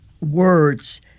words